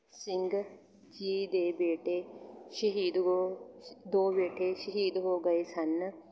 ਸਿੰਘ ਜੀ ਦੇ ਬੇਟੇ ਸ਼ਹੀਦ ਹੋ ਸ਼ ਦੋ ਬੇਟੇ ਸ਼ਹੀਦ ਹੋ ਗਏ ਸਨ